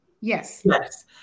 Yes